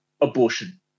abortion